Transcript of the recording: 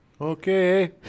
Okay